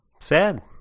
sad